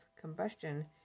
combustion